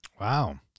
Wow